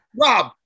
Rob